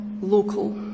local